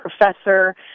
professor